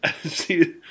See